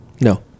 No